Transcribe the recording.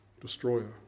destroyer